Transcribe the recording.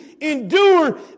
endure